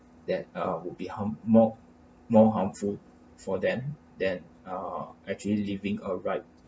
that uh would be harm more more harmful for them than uh actually living